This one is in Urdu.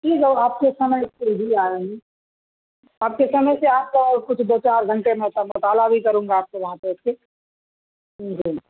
ٹھیک ہے آپ کے سمعے سے ہی آئیں گے آپ کے سمعے سے آ کر اور کچھ دو چار گھنٹے میں اس کا مطالعہ بھی کروں گا آپ کے وہاں بیٹھ کے جی